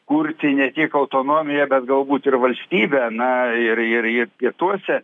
kurti ne tik autonomiją bet galbūt ir valstybę na ir ir ir pietuose